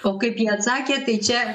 o kaip jie atsakė tai čia